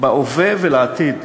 בהווה ולעתיד,